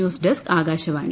news desk Akashvani